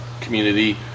community